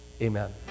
Amen